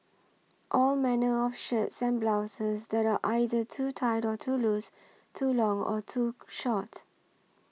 all manner of shirts send blouses that are either too tight or too loose too long or too short